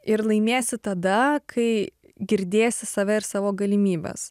ir laimėsi tada kai girdėsi save ir savo galimybes